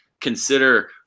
consider